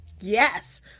Yes